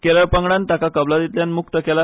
केरळ पंगडान ताका कबलातींतल्यान मुक्त केला